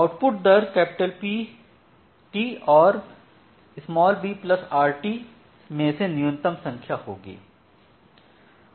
output दर Pt और brt में से न्यूनतम संख्या होगी